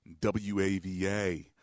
WAVA